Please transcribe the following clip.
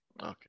Okay